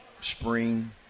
spring